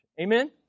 Amen